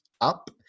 up